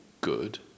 good